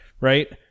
right